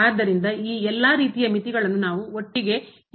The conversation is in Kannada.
ಆದ್ದರಿಂದ ಈ ಎಲ್ಲಾ ರೀತಿಯ ಮಿತಿಗಳನ್ನು ನಾವು ಒಟ್ಟಿಗೆ ನಿಭಾಯಿಸಬಹುದು